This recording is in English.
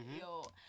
yo